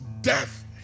death